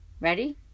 Ready